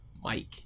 Mike